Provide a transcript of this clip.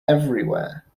everywhere